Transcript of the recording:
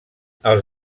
els